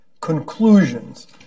conclusions